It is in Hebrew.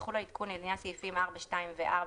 יחול העדכון לעניין סעיפים 4(2) ו-(4)